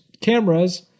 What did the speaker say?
cameras